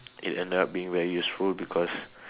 it ended up being very useful because